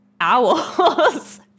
Owls